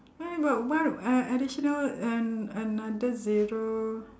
why about where uh additional an~ another zero